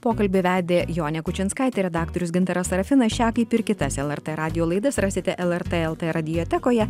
pokalbį vedė jonė kučinskaitė redaktorius gintaras serafinas šią kaip ir kitas el er t radijo laidas rasite el er t el tė radijotekoje